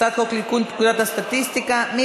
הצעת חוק לתיקון פקודת הסטטיסטיקה (תיקון מס' 4),